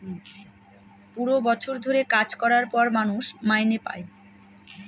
পুরো বছর ধরে কাজ করার পর মানুষ মাইনে পাই